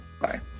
Bye